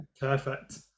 perfect